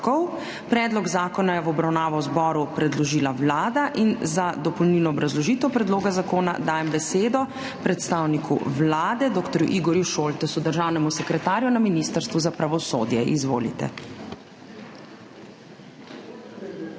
Predlog zakona je v obravnavo zboru predložila Vlada in za dopolnilno obrazložitev predloga zakona dajem besedo predstavniku Vlade, dr. Igorju Šoltesu, državnemu sekretarju na Ministrstvu za pravosodje. Izvolite.